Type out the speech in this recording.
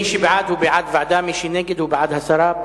מי שנגד, הוא בעד הסרה.